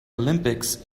olympics